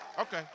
Okay